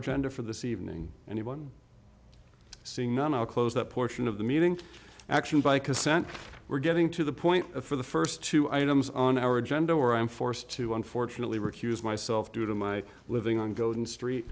agenda for this evening anyone seeing none i'll close that portion of the meeting action by consent we're getting to the point for the first two items on our agenda where i'm forced to unfortunately recuse myself due to my living on golden street